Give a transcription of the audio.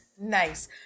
Nice